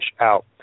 out